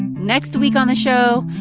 next week on the show,